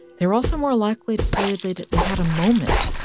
they were also more likely to say ah they'd they'd had a moment,